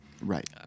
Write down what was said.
Right